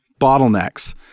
bottlenecks